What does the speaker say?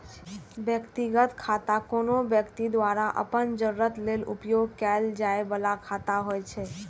व्यक्तिगत खाता कोनो व्यक्ति द्वारा अपन जरूरत लेल उपयोग कैल जाइ बला खाता होइ छै